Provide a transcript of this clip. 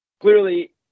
clearly